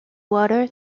water